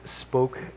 spoke